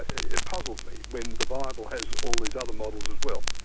it puzzles me when the bible has all these other models as well.